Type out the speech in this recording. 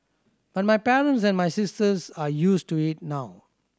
but my parents and my sisters are used to it now